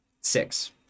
six